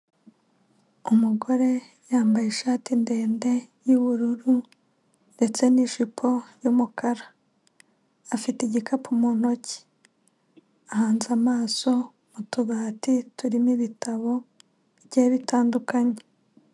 Umugore yambaye ishati ndende yubururu, ndetse ni'ijipo yumukara. Afite igikapu mu ntoki. Ahanze amaso mu tubati turimo ibitabo bigiye bitandukanye.